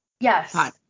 Yes